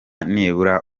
nibura